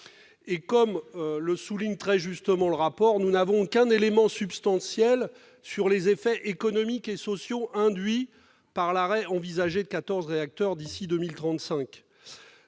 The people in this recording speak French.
Comme le souligne très justement le rapport, nous ne disposons d'aucun élément substantiel sur les effets économiques et sociaux induits par l'arrêt envisagé de quatorze réacteurs d'ici à 2035.